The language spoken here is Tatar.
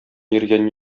йөргән